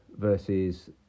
versus